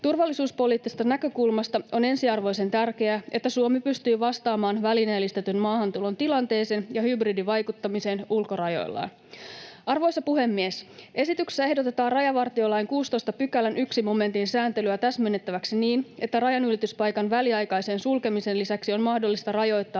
Turvallisuuspoliittisesta näkökulmasta on ensiarvoisen tärkeää, että Suomi pystyy vastaamaan välineellistetyn maahantulon tilanteeseen ja hybridivaikuttamiseen ulkorajoillaan. Arvoisa puhemies! Esityksessä ehdotetaan rajavartiolain 16 §:n 1 momentin sääntelyä täsmennettäväksi niin, että rajanylityspaikan väliaikaisen sulkemisen lisäksi on mahdollista rajoittaa